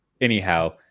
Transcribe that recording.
Anyhow